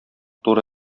туры